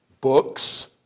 books